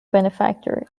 benefactor